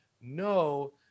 no